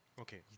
Okay